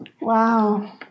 Wow